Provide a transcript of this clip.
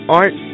art